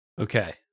Okay